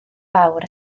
fawr